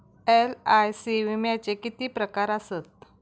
LIC विम्याचे किती प्रकार आसत?